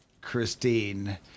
Christine